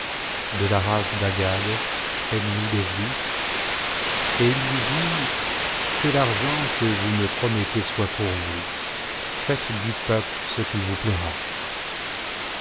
de la race d'agag ennemi des juifs et il lui dit que l'argent que vous me promettez soit pour vous faites du peuple ce qu'il vous plaira